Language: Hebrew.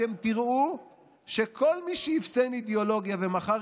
אתם תראו שכל מי שאפסן אידיאולוגיה ומכר